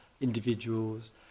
individuals